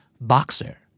Boxer